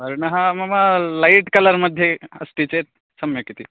वर्णः मम लैट् कलर्मध्ये अस्ति चेत् सम्यक् इति